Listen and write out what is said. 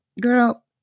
Girl